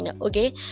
Okay